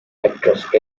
actress